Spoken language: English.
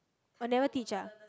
oh never teach ah